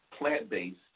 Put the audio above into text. plant-based